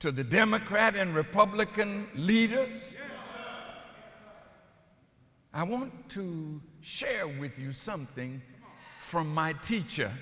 to the democratic and republican leaders but i want to share with you something from my teacher